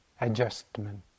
adjustment